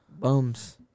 Bums